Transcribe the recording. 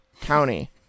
County